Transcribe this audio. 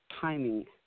timing